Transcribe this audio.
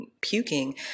puking